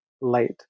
late